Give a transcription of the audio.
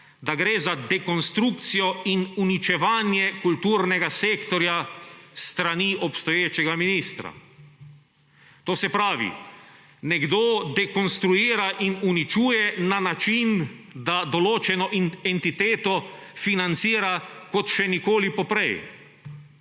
da gre za dekonstrukcijo in uničevanje kulturnega sektorja s strani obstoječega ministra. To se pravi, nekdo dekonstruira in uničuje na način, da določeno entiteto financira, kot še ni bila nikoli poprej.